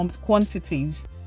quantities